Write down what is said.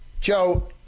Joe